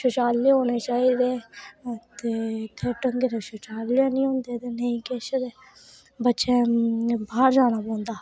शौचालय होने चाहिदे ते इत्थें ढंगै दे शौचालय निं होंदे ते निं किश बच्चें बाहर जाना पौंदा